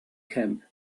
camp